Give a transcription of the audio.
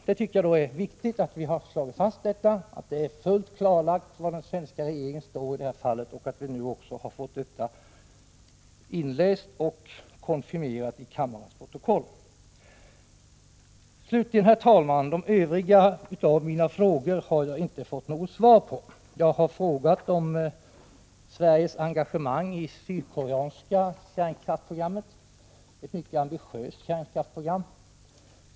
Jag tycker alltså att det är viktigt att det blir fullt klarlagt var den svenska regeringen står i detta fall och att vi nu också har fått det inläst till och konfirmerat i kammarens protokoll. Mina övriga frågor, herr talman, har jag inte fått något svar på. Jag frågade om Sveriges engagemang i det sydkoreanska kärnkraftsprogrammet, som är mycket ambitiöst.